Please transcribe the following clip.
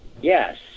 Yes